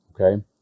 Okay